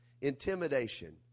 Intimidation